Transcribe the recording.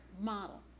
model